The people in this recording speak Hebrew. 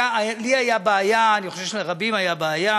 לי הייתה בעיה, אני חושב שלרבים הייתה בעיה,